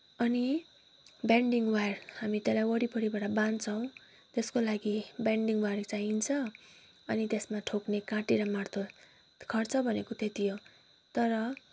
अनि binding wire हामी त्यसलाई वरिपरिबाट बाध्छौँ त्यसको लागि बेन्डिङ वायर चाहिन्छ अनि त्यसमा ठोक्ने काँटी र मार्तल खर्च भनेको त्यति हो तर